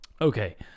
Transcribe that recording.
okay